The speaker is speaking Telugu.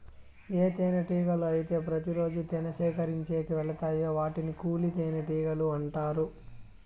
ఏ తేనెటీగలు అయితే ప్రతి రోజు తేనె సేకరించేకి వెలతాయో వాటిని కూలి తేనెటీగలు అంటారు